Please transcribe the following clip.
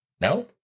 No